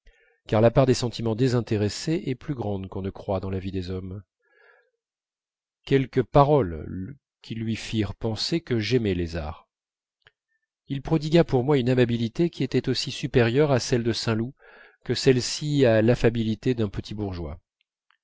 car la part des sentiments désintéressés est plus grande qu'on ne le croit dans la vie des hommes quelques paroles qui lui firent penser que j'aimais les arts il prodigua pour moi une amabilité qui était aussi supérieure à celle de saint loup que celle-ci à l'affabilité d'un petit bourgeois